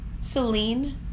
Celine